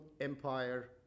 Empire